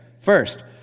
first